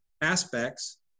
aspects